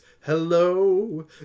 Hello